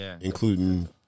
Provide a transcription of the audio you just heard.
including